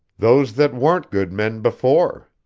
those that weren't good men before.